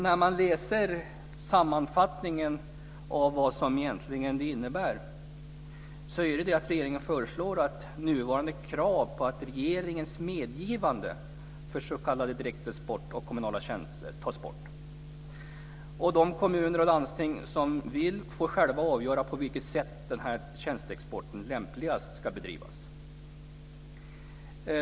När man läser sammanfattningen av vad förslaget innebär ser man att regeringen föreslår nuvarande krav på att regeringens medgivande för s.k. direktexport av kommunala tjänster tas bort. De kommuner och landsting som vill får själva avgöra på vilket sätt tjänsteexporten lämpligast ska bedrivas.